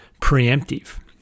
preemptive